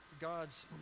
God's